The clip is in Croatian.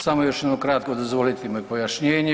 Samo još jedno kratko dozvolite moje pojašnjenje.